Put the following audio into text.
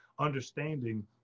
Understanding